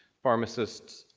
pharmacists,